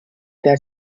their